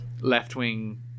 left-wing